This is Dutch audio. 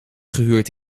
gehuurd